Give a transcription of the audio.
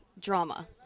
drama